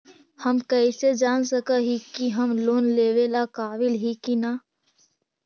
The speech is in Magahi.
हम कईसे जान सक ही की हम लोन लेवेला काबिल ही की ना?